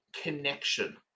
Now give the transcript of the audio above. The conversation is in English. connection